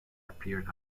appeared